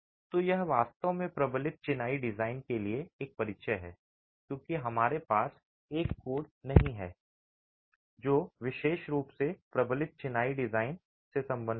तो यह वास्तव में प्रबलित चिनाई डिजाइन के लिए एक परिचय है क्योंकि हमारे पास एक कोड नहीं है जो विशेष रूप से प्रबलित चिनाई डिजाइन से संबंधित है